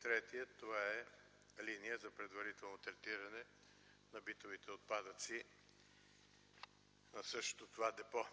третият – линия за предварително третиране на битовите отпадъци в същото това депо.